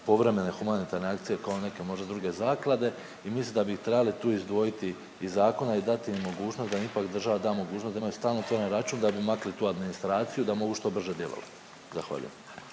povremene humanitarne akcije kao neke možda druge zaklade i mislim da bi ih trebali tu izdvojiti iz zakona i dati im mogućnost, da im ipak država da mogućnost da imaju stalno otvoren račun da bi makli tu administraciju da mogu što brže djelovati. Zahvaljujem.